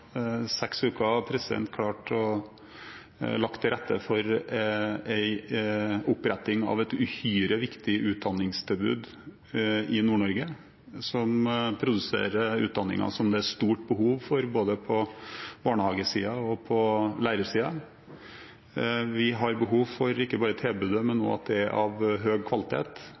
seks uker klart å legge til rette for en oppretting av et uhyre viktig utdanningstilbud i Nord-Norge som produserer utdanninger som det er et stort behov for, både på barnehagesiden og på lærersiden. Vi har behov for ikke bare tilbudet, men også at det er av høy kvalitet.